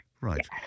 right